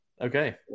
Okay